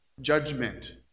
Judgment